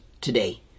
today